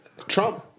Trump